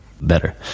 better